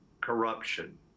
corruption